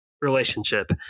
relationship